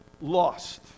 lost